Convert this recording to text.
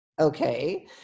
Okay